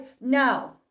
No